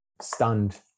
stunned